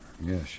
Yes